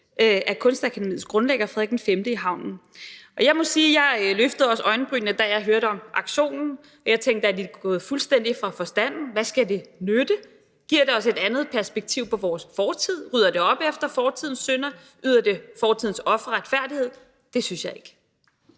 af Kunstakademiets grundlægger, Frederik V, i havnen. Og jeg må sige, at jeg også løftede øjenbrynene, da jeg hørte om aktionen, og jeg tænkte: Er de gået fuldstændig fra forstanden? Hvad skal det nytte? Giver det os et andet perspektiv på vores fortid? Rydder det op efter fortidens synder? Yder det fortidens ofre retfærdighed? Det synes jeg ikke.